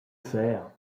faire